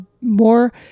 more